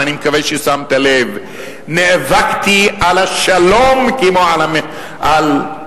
ואני מקווה ששמת לב: נאבקתי על השלום כמו על המלחמה.